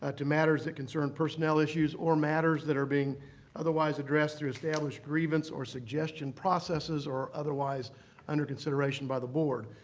ah to matters that concern personnel issues or matters that are being otherwise addressed through established grievance or suggestion processes or otherwise under consideration by the board.